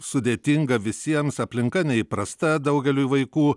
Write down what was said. sudėtinga visiems aplinka neįprasta daugeliui vaikų